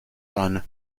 son